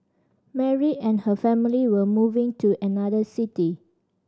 Mary and her family were moving to another city